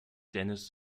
dennis